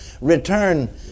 return